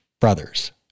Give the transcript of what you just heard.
brothers